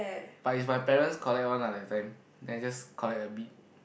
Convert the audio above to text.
but is my parents collect one lah that time then I just collect a bit